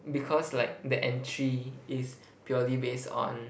because like the entry is purely based on